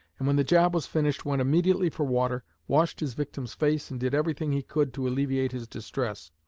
and when the job was finished went immediately for water, washed his victim's face and did everything he could to alleviate his distress.